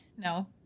No